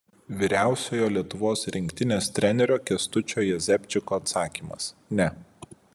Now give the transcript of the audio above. vyriausiojo lietuvos rinktinės trenerio kęstučio jezepčiko atsakymas ne